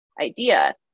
idea